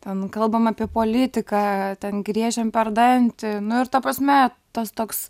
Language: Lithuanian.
ten kalbam apie politiką ten griežiam per dantį nu ir ta prasme tas toks